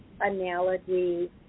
analogy